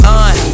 on